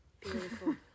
beautiful